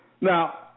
Now